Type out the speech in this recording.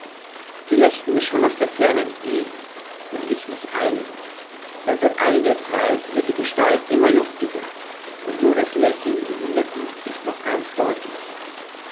sie lächelt mir schon aus der ferne entgegen und ich muß eilen denn seit einiger zeit wird die gestalt immer luftiger und nur das lächeln um die lippen ist noch ganz deutlich